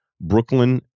Brooklyn